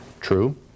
True